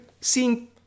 seeing